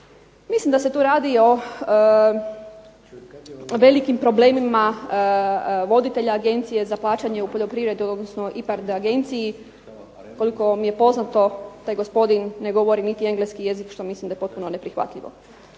Mislim da se tu radi o velikim problemima voditelja Agencije za plaćanje u poljoprivredi, odnosno IPARD agenciji. Koliko mi je poznato taj gospodin ne govori niti engleski jezik što mislim da je potpuno neprihvatljivo.